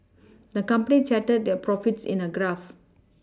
the company charted their profits in a graph